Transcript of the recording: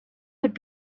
would